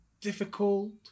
difficult